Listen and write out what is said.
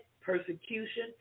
persecution